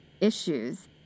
issues